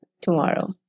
tomorrow